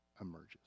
emerges